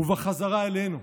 ובחזרה אלינו.